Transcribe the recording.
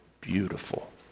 beautiful